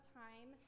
time